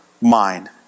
mind